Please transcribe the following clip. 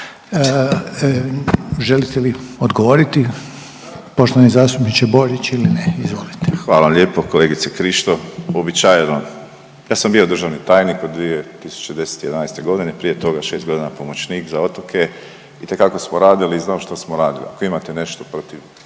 Želite li odgovoriti poštovani zastupniče Borić ili ne? Izvolite. **Borić, Josip (HDZ)** Hvala lijepo. Kolegice Krišto uobičajeno ja sam bio državni tajnik od 2010., '11. godine prije toga 6 godina pomoćnik za otoke. Itekako smo radili i znam što smo radili. Ako imate nešto protiv